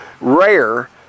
rare